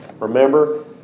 Remember